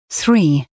three